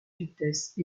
vitesse